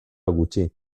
gutxi